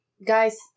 Guys